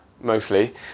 mostly